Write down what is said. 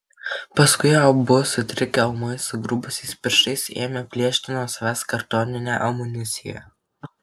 paskui abu sutrikę ūmai sugrubusiais pirštais ėmė plėšti nuo savęs kartoninę amuniciją